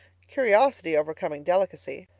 curiosity overcoming delicacy.